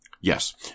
Yes